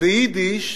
ביידיש,